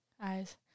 eyes